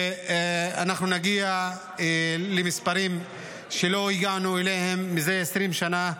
ונגיע למספרים שלא הגענו אליהם זה 20 שנה,